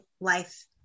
life